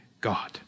God